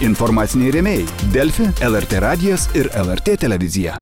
informaciniai rėmėjai delfi lrt radijas ir lrt televizija